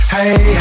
Hey